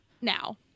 now